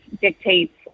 dictates